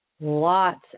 lots